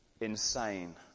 insane